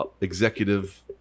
executive